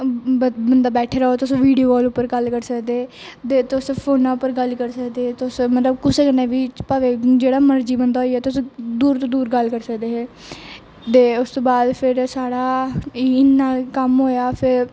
बंदा बेठे दा होऐ तुस बिडियो काॅल उप्पर गल्ल करी सकदे दे तुस फोने उपर गल्ल करी सकदे तुस मतलब कुसे कन्ने वी भावें जेहड़ा मर्जी बंदा होई गया तुस दूर दूर गल्ल करी सकदे है दे उस तू बाद फिर साढ़ा इन्ना कम्म होआ फिर